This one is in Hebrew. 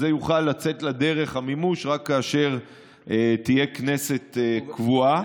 אז המימוש יוכל לצאת לדרך רק כאשר תהיה כנסת קבועה.